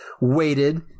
waited